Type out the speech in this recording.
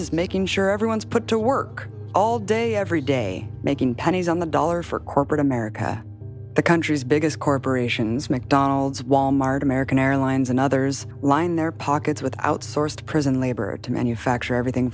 is making sure everyone's put to work all day every day making pennies on the dollar for corporate america the country's biggest corporations mcdonald's wal mart american airlines and others line their pockets with outsourced prison labor to manufacture everything